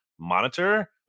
monitor